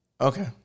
Okay